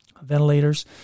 Ventilators